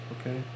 Okay